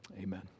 amen